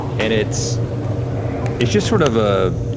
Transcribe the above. and it's it's just sort of a,